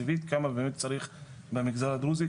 תקציבית כמה באמת צריך במגזר הדרוזי,